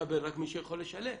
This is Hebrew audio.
לקבל רק מי שיכול לשלם?